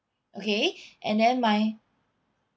okay and then my